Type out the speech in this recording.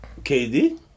KD